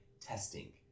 testing